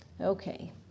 Okay